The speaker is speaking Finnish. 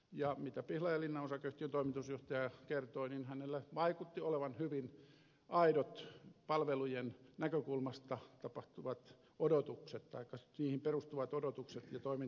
ja mitä pihlajalinna osakeyhtiön toimitusjohtaja kertoi niin hänellä vaikutti olevan hyvin aidot palvelujen näkökulmaan perustuvat odotukset ja toimintaperiaatteet